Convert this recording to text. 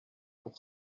pour